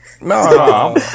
No